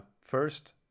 First